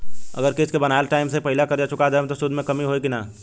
अगर किश्त के बनहाएल टाइम से पहिले कर्जा चुका दहम त सूद मे कमी होई की ना?